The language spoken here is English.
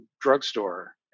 drugstore